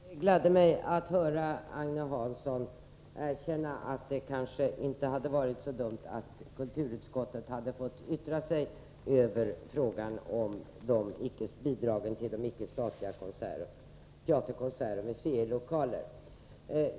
Herr talman! Det gladde mig att höra Agne Hansson erkänna att det kanske inte hade varit så dumt om kulturutskottet hade fått yttra sig över frågan om bidragen till de icke-statliga teater-, konsertoch museilokalerna.